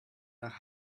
nach